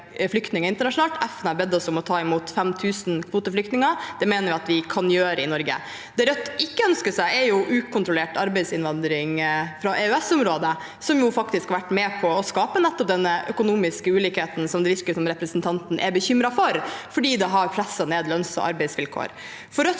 FN har bedt oss om å ta imot 5 000 kvoteflyktninger. Det mener vi at vi kan gjøre i Norge. Det Rødt ikke ønsker seg, er ukontrollert arbeidsinnvandring fra EØSområdet, som faktisk har vært med på å skape nettopp den økonomiske ulikheten som det virker som representanten er bekymret for, fordi det har presset lønnsog arbeidsvilkår